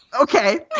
Okay